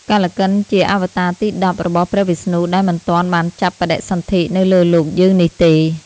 កល្កិន ជាអវតារទី១០ របស់ព្រះវិស្ណុដែលមិនទាន់បានចាប់បដិសន្ធិនៅលើលោកយើងនេះទេ។